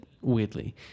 weirdly